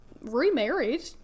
remarried